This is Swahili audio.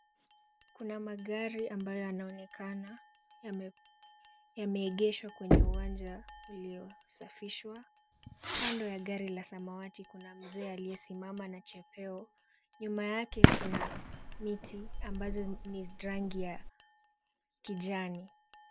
Kuna magari ambayo yanaonekana yameegeshwa kwenye uwanja uliosafishwa, kando ya gari la samawati kuna mzee aliyesimama na chepeo, nyuma yake kuna miti ambayo ni ya rangi ya kijani.